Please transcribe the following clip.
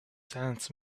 sands